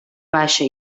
baixa